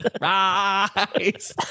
Rise